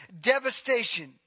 devastation